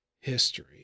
history